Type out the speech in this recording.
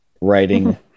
writing